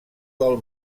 del